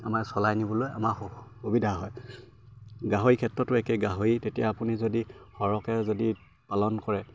আমাৰ চলাই নিবলৈ আমাৰ সু সুবিধা হয় গাহৰি ক্ষেত্ৰতো একে গাহৰি তেতিয়া আপুনি যদি সৰহকে যদি পালন কৰে